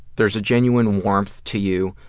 there's a genuine warmth to you,